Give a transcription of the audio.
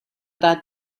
that